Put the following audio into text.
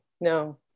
no